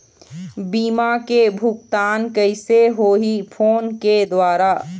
बीमा के भुगतान कइसे होही फ़ोन के द्वारा?